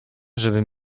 żeby